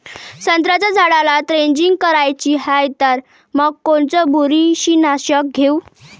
संत्र्याच्या झाडाला द्रेंचींग करायची हाये तर मग कोनच बुरशीनाशक घेऊ?